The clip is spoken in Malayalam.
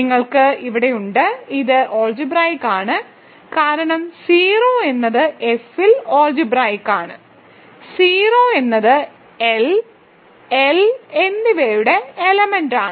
നിങ്ങൾക്ക് ഇവയുണ്ട് ഇത് അൾജിബ്രായിക്ക് ആണ് കാരണം 0 എന്നത് F ൽ അൾജിബ്രായിക്ക് ആണ് 0 എന്നത് എൽ എൽ എന്നിവയുടെ എലമെന്റാണ്